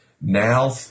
now